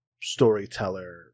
storyteller